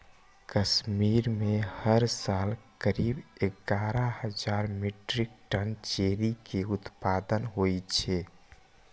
कश्मीर मे हर साल करीब एगारह हजार मीट्रिक टन चेरी के उत्पादन होइ छै